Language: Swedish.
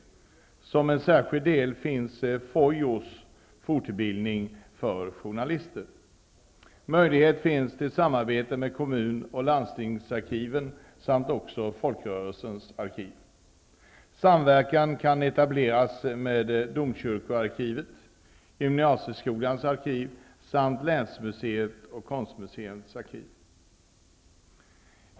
En av verksamheterna inom denna är FOJO, fortbildning för journalister. Möjlighet finns till samarbete med kommun och landstingsarkiven samt också med folkrörelsearkivet. Samverkan kan etableras med domkyrkoarkivet, med gymnasieskolans arkiv samt med länsmuseet och med konstmuseets arkiv.